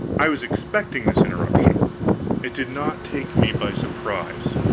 i was expecting this interruption it did not take me by surprise.